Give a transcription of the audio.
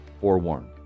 forewarned